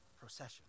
Procession